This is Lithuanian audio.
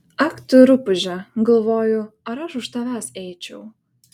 ak tu rupūže galvoju ar aš už tavęs eičiau